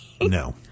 No